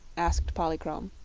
asked polychrome.